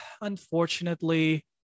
unfortunately